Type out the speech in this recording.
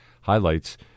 highlights